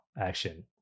action